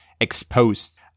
exposed